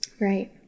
Right